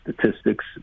statistics